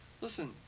Listen